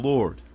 Lord